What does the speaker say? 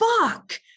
fuck